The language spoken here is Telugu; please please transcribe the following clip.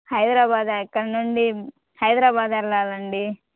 హైదరాబాదా ఇక్కడ నుండి హైదరాబాద్ వెళ్ళాలండి